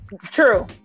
True